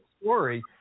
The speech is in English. story